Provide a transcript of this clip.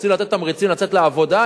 רוצים לתת תמריצים לצאת לעבודה?